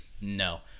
No